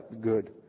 good